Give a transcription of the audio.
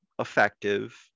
effective